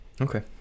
Okay